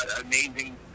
amazing